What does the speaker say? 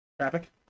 Traffic